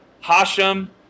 Hashem